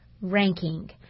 ranking